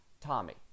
Tommy